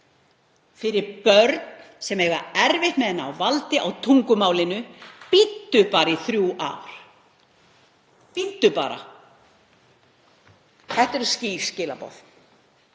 fyrir börn sem eiga erfitt með að ná valdi á tungumálinu. Bíddu bara í þrjú ár. Bíddu bara. Þetta eru skýr skilaboð.